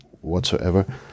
whatsoever